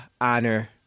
honor